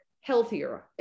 healthier